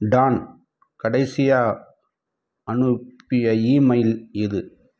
Don கடைசியாக அனுப்பிய email எது